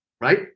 right